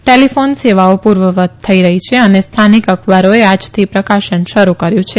telephone સેવાઓ પૂર્વવત થઇ રહી છે અને સ્થાનિક અખબારોએ આજથી પ્રકાશન શરૂ કર્યું છે